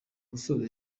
gusoza